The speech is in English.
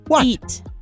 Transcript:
Eat